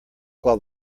while